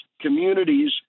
communities